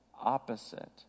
opposite